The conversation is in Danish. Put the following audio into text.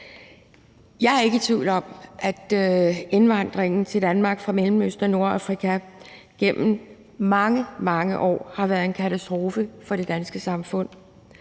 Jeg er ikke i tvivl om, at indvandringen til Danmark fra Mellemøsten og Nordafrika gennem mange, mange år har været en katastrofe for det danske samfund.